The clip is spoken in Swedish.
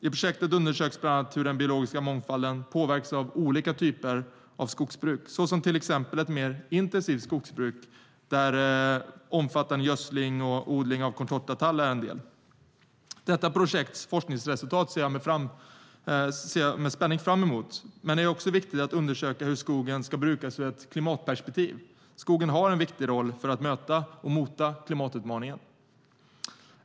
I projektet undersöks exempelvis hur den biologiska mångfalden påverkas av olika typer av skogsbruk, såsom ett mer intensivt skogsbruk, där omfattande gödsling och odling av contortatall är en del. Detta projekts forskningsresultat ser jag med spänning fram emot. Men det är också viktigt att undersöka hur skogen ska brukas ur ett klimatperspektiv. Skogen har en viktig roll för att möta och mota klimatutmaningen.